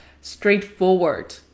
straightforward